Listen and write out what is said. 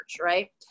right